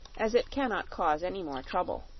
as it can not cause any more trouble.